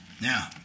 Now